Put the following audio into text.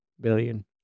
billion